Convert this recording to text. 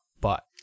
but-